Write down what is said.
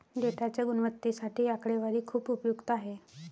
डेटाच्या गुणवत्तेसाठी आकडेवारी खूप उपयुक्त आहे